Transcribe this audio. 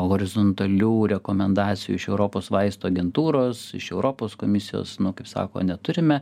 horizontalių rekomendacijų iš europos vaistų agentūros iš europos komisijos nu kaip sako neturime